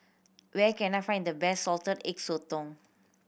where can I find the best Salted Egg Sotong